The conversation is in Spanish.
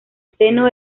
seno